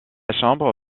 chambre